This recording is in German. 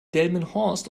delmenhorst